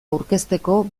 aurkezteko